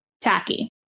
tacky